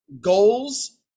goals